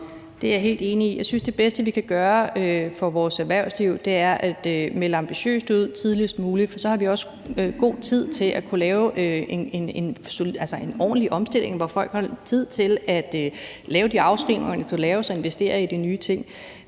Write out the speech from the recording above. Det er jeg helt enig i. Jeg synes, at det bedste, vi kan gøre for vores erhvervsliv, er at melde ambitiøst ud tidligst muligt, for så har vi også god tid til at kunne lave en ordentlig omstilling, hvor folk har tid til at lave de afskrivninger, man kan lave, og investere i de nye ting.